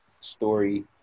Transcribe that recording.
story